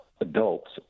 adults